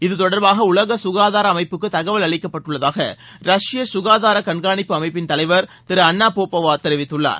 இது தொடர்பாக உலக சுகாதார அமைப்புக்கு தகவல் அளிக்கப்பட்டுள்ளதாக ரஷ்ய சுகாதார கண்காணிப்பு அமைப்பின் தலைவர் திரு அன்னா போப்போவா தெரிவித்துள்ளார்